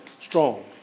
strong